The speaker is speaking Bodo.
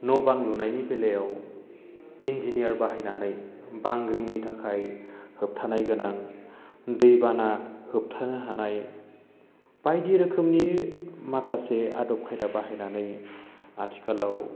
न' बां लुनायनि बेलायाव इन्जिनियार बाहायनानै बांग्रिंनि थाखाय होबथानाय गोनां दै बाना होबथानो हानाय बायदि रोखोमनि माखासे आदब खायदा बाहायनानै आथिखालाव